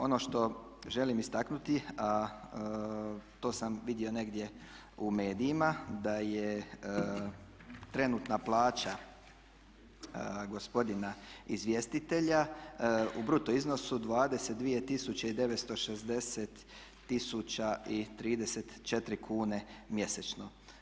Ono što želim istaknuti, a to sam vidio negdje u medijima da je trenutna plaća gospodina izvjestitelja u bruto iznosu 22 960 mjesečno.